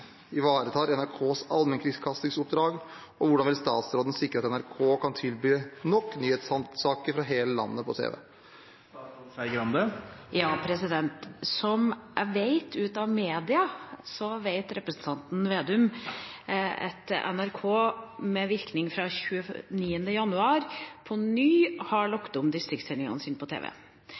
ivaretar NRKs allmennkringkastingsoppdrag, og hvordan vil statsråden sikre at NRK kan tilby nok nyhetssaker fra hele landet på tv?» Som jeg vet ut fra media, vet representanten Slagsvold Vedum at NRK med virkning fra 29. januar på ny har lagt om distriktssendingene sine på tv.